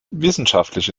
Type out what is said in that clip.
wissenschaftliche